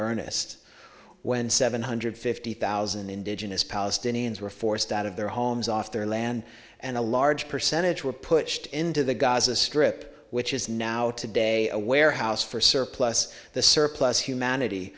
earnest when seven hundred fifty thousand indigenous palestinians were forced out of their homes off their land and a large percentage were pushed into the gaza strip which is now today a warehouse for surplus the surplus humanity